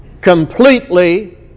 completely